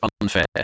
unfair